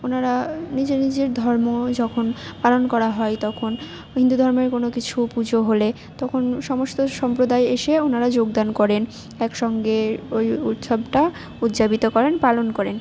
ওনারা নিজে নিজের ধর্ম যখন পালন করা হয় তখন হিন্দু ধর্মের কোনো কিছু পুজো হলে তখন সমস্ত সম্প্রদায় এসে ওনারা যোগদান করেন একসঙ্গে ওই উৎসবটা উদযাপিত করেন পালন করেন